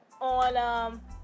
on